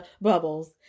bubbles